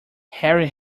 harry